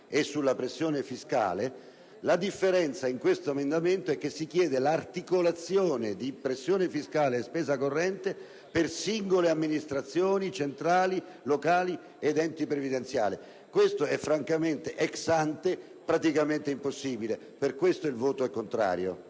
e sulla pressione fiscale la differenza in questo emendamento è che si chiede l'articolazione di pressione fiscale e spesa corrente per singole amministrazioni centrali, locali ed enti previdenziali. Questo *ex ante* è praticamente impossibile. Per questo il mio voto sarà contrario.